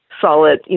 solid